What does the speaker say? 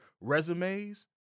resumes